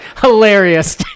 hilarious